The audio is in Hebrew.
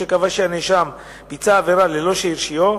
או שקבע שהנאשם ביצע עבירה ללא שהרשיעו,